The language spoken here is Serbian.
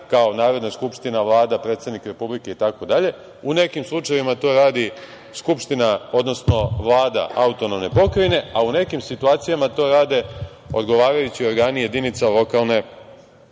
kao Narodna skupština, Vlada, predsednik Republike itd, u nekim slučajevima to radi skupština odnosno vlada autonomne pokrajine, a u nekim situacijama to rade odgovarajući organi jedinica lokalne